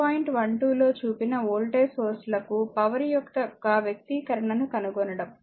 12 లో చూపిన voltage source లకు పవర్ యొక్క వ్యక్తీకరణను కనుగొనండి